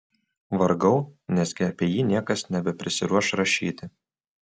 vargau nesgi apie jį niekas nebeprisiruoš rašyti